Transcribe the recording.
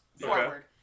forward